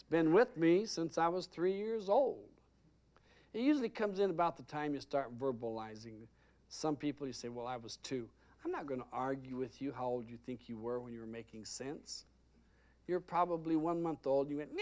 it's been with me since i was three years old and usually comes in about the time you start verbalizing some people who say well i was too i'm not going to argue with you how old you think you were when you were making sense you're probably one month old you